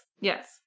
Yes